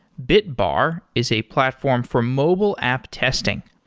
bitbar is a platform for mobile app testing.